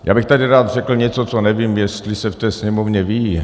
Já bych tady rád řekl něco, co nevím, jestli se v té Sněmovně ví.